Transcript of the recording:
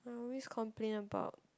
always complain about